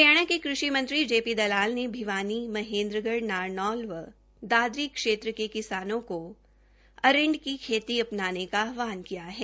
हरियाणा के कृषि मत्री जे पी दलाल ने भिवानी महेन्द्रगढ़ नारनौल व दादरी क्षेत्र के किसानों को अरिंड की खेती अपनाने का आहवान किया है